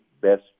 best